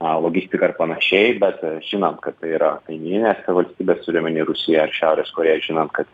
a logistika ir panašiai bet žinant kad tai yra kaimyninės valstybės turiu omeny rusija ir šiaurės korėja žinant kad